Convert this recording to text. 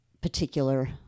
particular